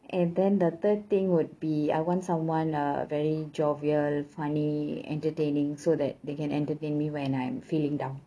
and then the third thing would be I want someone uh very jovial funny entertaining so that they can entertain me when I'm feeling down